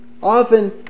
Often